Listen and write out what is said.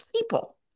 people